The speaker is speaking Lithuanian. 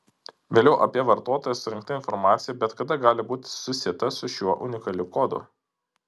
vėliau apie vartotoją surinkta informacija bet kada gali būti susieta su šiuo unikaliu kodu